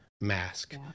mask